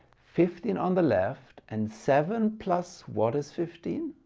fifteen on the left and seven plus what is fifteen?